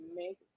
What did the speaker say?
make